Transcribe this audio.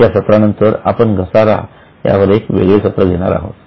या सत्रानंतर आपण घसारा यावर एक वेगळे सत्र घेणार आहोत